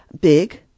big